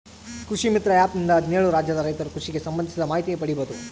ಕೃಷಿ ಮಿತ್ರ ಆ್ಯಪ್ ನಿಂದ ಹದ್ನೇಳು ರಾಜ್ಯದ ರೈತರು ಕೃಷಿಗೆ ಸಂಭಂದಿಸಿದ ಮಾಹಿತಿ ಪಡೀಬೋದು